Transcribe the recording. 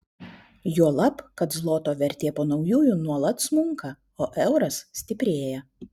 juolab kad zloto vertė po naujųjų nuolat smunka o euras stiprėja